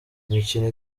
imikino